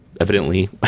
evidently